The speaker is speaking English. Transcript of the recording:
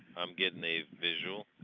i'm getting a visual.